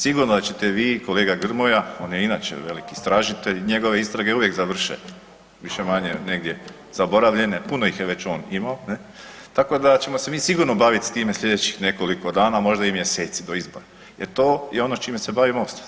Sigurno da ćete vi i kolega Grmoja, on je inače veliki istražitelj i njegove istrage uvijek završe više-manje negdje zaboravljene, puno ih je već on imao ne, tako da ćemo mi sigurno baviti s time sljedećih nekoliko dana, a možda i mjeseci do izbora jer to je ono čime se bavi Most.